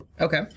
Okay